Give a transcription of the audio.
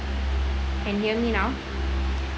can hear me now